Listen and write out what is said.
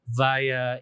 via